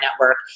network